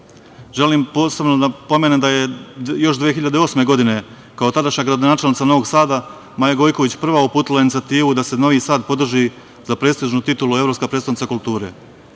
da posebno napomenem da je još 2008. godine, kao tadašnja gradonačelnica Novog Sada, Maja Gojković prva uputila inicijativu da se Novi Sad podrži za prestižnu titulu – Evropska prestonica kulture.